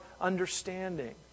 understanding